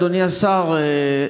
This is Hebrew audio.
אדוני השר,